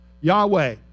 Yahweh